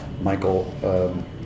Michael